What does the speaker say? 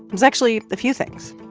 was actually a few things.